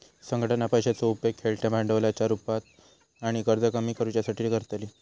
संघटना पैशाचो उपेग खेळत्या भांडवलाच्या रुपात आणि कर्ज कमी करुच्यासाठी करतली